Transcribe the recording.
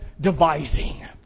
devising